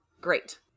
Great